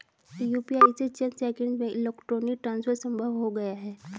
UPI से चंद seconds में इलेक्ट्रॉनिक ट्रांसफर संभव हो गया है